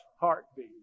heartbeat